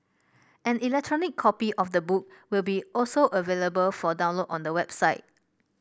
an electronic copy of the book will be also available for download on the website